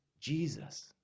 Jesus